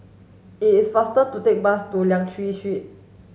is faster to take bus to Liang Seah Street